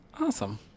Awesome